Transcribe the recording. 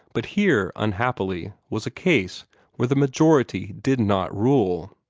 but here, unhappily, was a case where the majority did not rule.